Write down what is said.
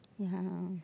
ya